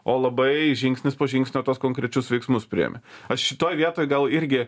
o labai žingsnis po žingsnio tuos konkrečius veiksmus priimi aš šitoj vietoj gal irgi